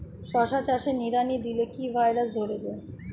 শশা চাষে নিড়ানি দিলে কি ভাইরাস ধরে যায়?